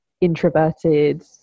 introverted